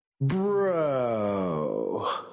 Bro